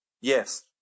Yes